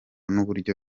n’uburyo